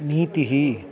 नीतिः